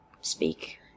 speak